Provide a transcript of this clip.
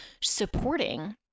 supporting